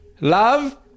Love